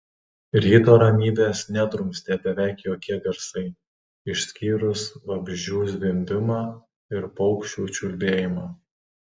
ryto ramybės nedrumstė beveik jokie garsai išskyrus vabzdžių zvimbimą ir paukščių čiulbėjimą